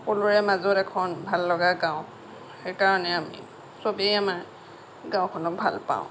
সকলোৰে মাজত এখন ভাল লগা গাঁও সেইকাৰণে আমি সকলোৱে আমাৰ গাঁওখনক ভাল পাওঁ